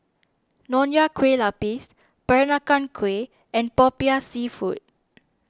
Nonya Kueh Lapis Peranakan Kueh and Popiah Seafood